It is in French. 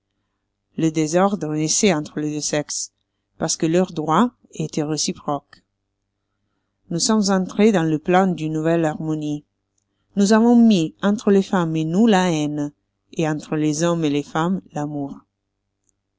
le désordre naissoit entre les deux sexes parce que leurs droits étoient réciproques nous sommes entrés dans le plan d'une nouvelle harmonie nous avons mis entre les femmes et nous la haine et entre les hommes et les femmes l'amour